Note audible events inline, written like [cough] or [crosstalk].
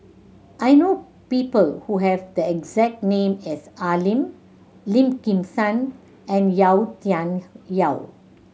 I know people who have the exact name as Al Lim Lim Kim San and Yau Tian [unintelligible] Yau